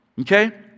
Okay